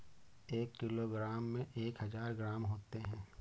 एक किलोग्राम में एक हजार ग्राम होते हैं